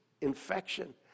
infection